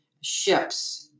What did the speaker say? ships